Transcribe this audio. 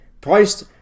Priced